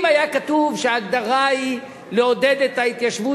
אם היה כתוב שההגדרה היא לעודד את ההתיישבות